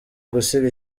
gusiga